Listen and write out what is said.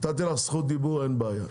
נתתי לך זכות דיבור, אין בעיה.